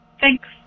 Thanks